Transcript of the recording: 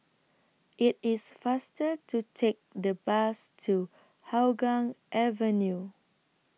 IT IS faster to Take The Bus to Hougang Avenue